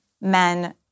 men